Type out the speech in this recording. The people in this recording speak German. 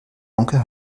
onkel